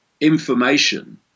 information